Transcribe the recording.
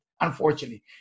unfortunately